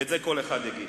ואת זה כל אחד יגיד.